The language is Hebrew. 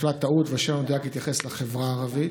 נפלה טעות, והשם המדויק יתייחס לחברה הערבית.